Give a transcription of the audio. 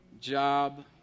job